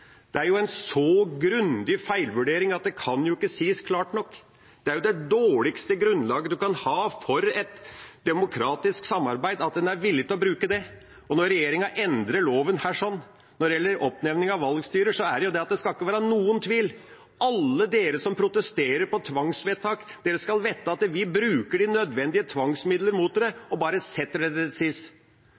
er en så grundig feilvurdering at det ikke kan sies klart nok. At en er villig til å bruke dette, er jo det dårligste grunnlaget en kan ha for et demokratisk samarbeid! Når regjeringa endrer loven når det gjelder oppnevning av valgstyrer, er det fordi det ikke skal være noen tvil: Alle de som protesterer på tvangsvedtak, skal vite at den vil bruker de nødvendige tvangsmidlene mot dem – og bare sette dem til side. Det